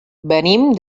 venim